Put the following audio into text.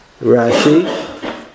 Rashi